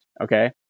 okay